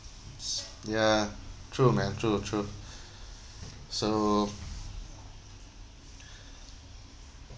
s~ ya true man true true so